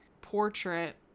portrait